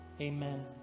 amen